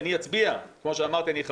אני פה חמש שנים.